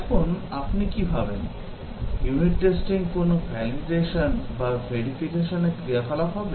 এখন আপনি কী ভাবেন ইউনিট টেস্টিং কোনও validation বা verification এর ক্রিয়াকলাপ হবে